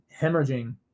hemorrhaging